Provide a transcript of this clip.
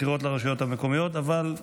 בבחירות לרשויות המקומיות, אבל בשם,